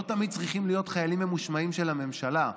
לא תמיד צריכים להיות חיילים ממושמעים של הממשלה.